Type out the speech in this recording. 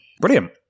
Brilliant